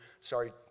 sorry